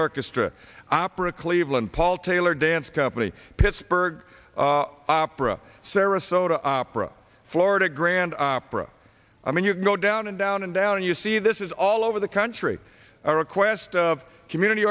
orchestra opera cleveland paul taylor dance company pittsburgh opera sarasota opera florida grand opera i mean you can go down and down and down and you see this is all over the country a request of community